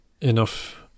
enough